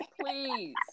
please